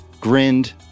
grinned